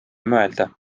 mõelda